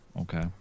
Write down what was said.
okay